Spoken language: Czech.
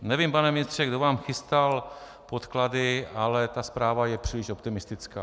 Nevím, pane ministře, kdo vám chystal podklady, ale zpráva je příliš optimistická.